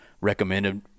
recommended